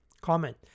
Comment